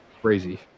Crazy